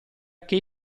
che